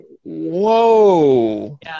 whoa